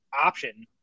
option